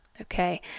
Okay